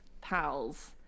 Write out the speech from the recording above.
pals